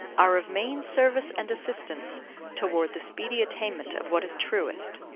are of main service and assistance toward the speedy attainment of what is truest.